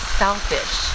selfish